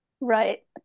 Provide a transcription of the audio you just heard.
Right